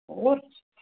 ਉਹ